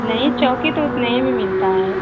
नहीं चौकी तो उतने ही में मिलता है